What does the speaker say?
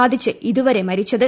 ബാധിച്ച് ഇതുവരെ മരിച്ചത്